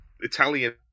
Italian